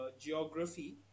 geography